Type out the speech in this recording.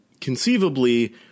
conceivably